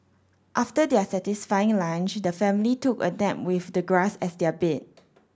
after their satisfying lunch the family took a nap with the grass as their bed